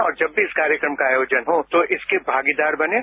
और जब भी इस कार्यक्रम का आयोजन हो तो इसके भागीदार बनें